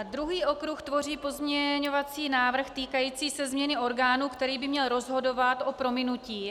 Druhý okruh tvoří pozměňovací návrh týkající se změny orgánu, který by měl rozhodovat o prominutí.